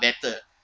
better